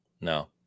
No